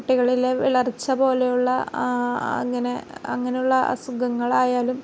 കുട്ടികളിലെ വിളർച്ച പോലെയുള്ള അങ്ങനെ അങ്ങനെയുള്ള അസുഖങ്ങളായാലും